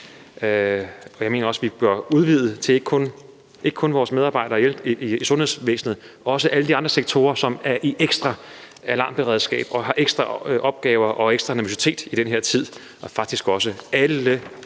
Jeg mener også, at vi bør udvide takken til ikke kun at gælde vores medarbejdere i sundhedsvæsenet, men også i alle de andre sektorer, som er i ekstra alarmberedskab og har ekstra opgaver og ekstra nervøsitet i den her tid, og faktisk også alle